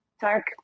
dark